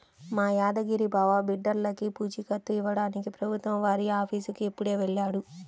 మా యాదగిరి బావ బిడ్డర్లకి పూచీకత్తు ఇవ్వడానికి ప్రభుత్వం వారి ఆఫీసుకి ఇప్పుడే వెళ్ళాడు